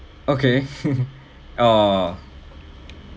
okay !aww!